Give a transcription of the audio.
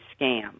scam